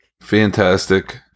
Fantastic